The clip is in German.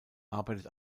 arbeitet